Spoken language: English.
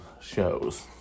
shows